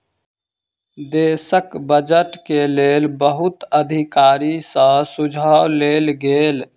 देशक बजट के लेल बहुत अधिकारी सॅ सुझाव लेल गेल